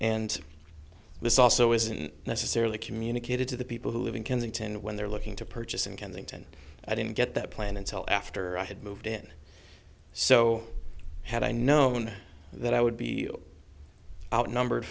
and this also isn't necessarily communicated to the people who live in kensington when they're looking to purchase in kensington i didn't get that plan until after i had moved in so had i known that i would be outnumbered